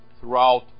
throughout